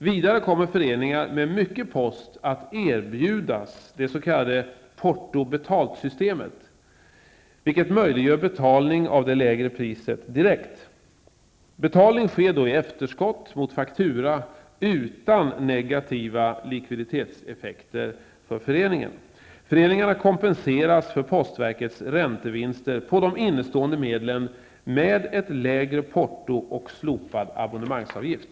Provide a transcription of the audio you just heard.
Vidare kommer föreningar med mycket post att erbjudas det s.k. portobetaltsystemet, vilket möjliggör betalning av det lägre priset direkt. Betalning sker då i efterskott mot faktura utan negativa lividitetseffekter för föreningen. Föreningarna kompenseras för postverkets räntevinster på de innestående medlen med ett lägre porto och slopad abonnemangsavgift.